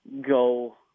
go